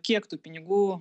kiek tų pinigų